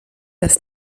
das